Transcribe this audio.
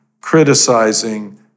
criticizing